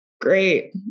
Great